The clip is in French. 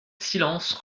silence